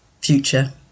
Future